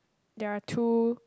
there're two